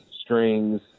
strings